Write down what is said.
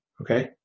okay